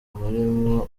abarimu